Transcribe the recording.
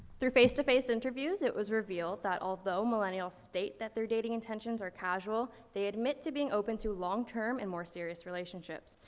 through face to face interviews, it was revealed that although millennials state that their dating intentions are casual, they admit to being open to long-term and more serious relationships.